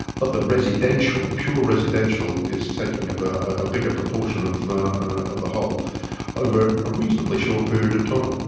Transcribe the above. but the residential, pure residential, is taking up a bigger proportion of of the whole over a reasonably short period of time.